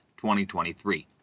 2023